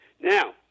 Now